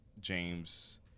James